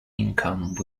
income